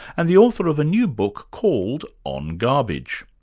and the author of a new book called, on garbage.